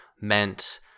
meant